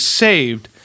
saved